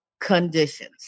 conditions